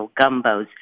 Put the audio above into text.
Gumbos